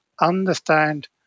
Understand